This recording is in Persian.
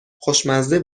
خوشمزه